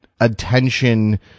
attention